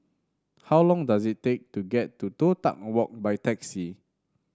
how long does it take to get to Toh Tuck Walk by taxi